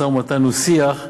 משא-ומתן הוא שיח,